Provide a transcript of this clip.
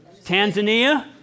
Tanzania